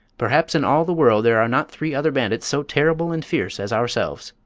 perhaps in all the world there are not three other bandits so terrible and fierce as ourselves,